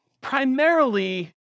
primarily